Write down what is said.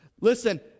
Listen